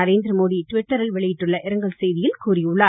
நரேந்திர மோடி ட்விட்டரில் வெளியிட்டுள்ள இரங்கல் செய்தியில் கூறியுள்ளார்